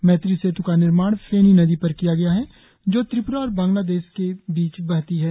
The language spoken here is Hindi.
मैत्री सेत् का निर्माण फेनी नदी पर किया गया है जो त्रिप्रा और बांग्लादेश के बीच बहती है